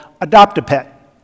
Adopt-A-Pet